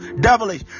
devilish